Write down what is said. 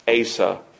Asa